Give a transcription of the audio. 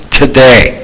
today